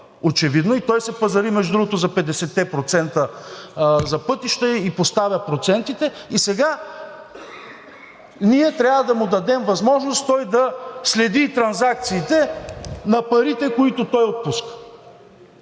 очевидно и той се пазари, между другото, за 50-те процента за пътища и поставя процентите, и сега ние трябва да му дадем възможност да следи и транзакциите на парите, които той отпуска.